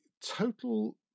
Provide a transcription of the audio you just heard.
total